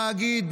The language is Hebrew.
חוק התאגיד,